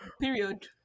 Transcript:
Period